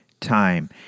time